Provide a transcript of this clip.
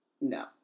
No